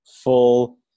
full